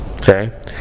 Okay